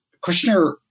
Kushner